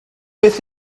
beth